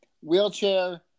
wheelchair